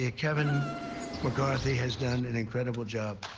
ah kevin mccarthy has done an incredible job.